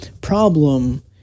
problem